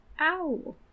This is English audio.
Ow